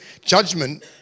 Judgment